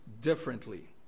differently